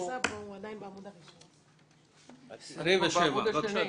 (היו"ר יעקב מרגי, 12:52)